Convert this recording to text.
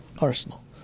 Arsenal